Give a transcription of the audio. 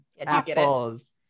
Apples